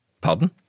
Pardon